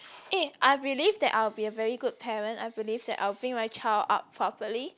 eh I believe that I'll be a very good parent I believe that I'll bring my child up properly